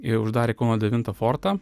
ir uždarė į kauno devintą fortą